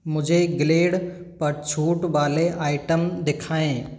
मुझे ग्लेड पर छूट वाले आइटम दिखाएँ